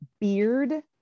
beard